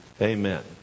amen